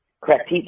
Correct